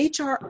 HR